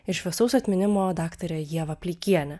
ir šviesaus atminimo daktarė ieva pleikienė